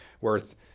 worth